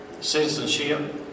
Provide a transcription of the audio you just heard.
citizenship